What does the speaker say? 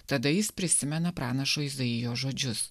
tada jis prisimena pranašo izaijo žodžius